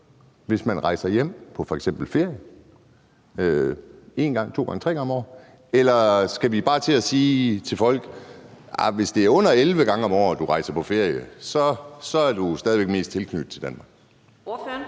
hvis man f.eks. rejser hjem på ferie en, to eller tre gange om året? Eller skal vi bare til at sige til folk: Hvis det er under 11 gange om året, du rejser på ferie, så er du stadig væk mest tilknyttet til Danmark? Kl.